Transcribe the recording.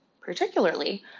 particularly